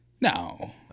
No